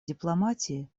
дипломатии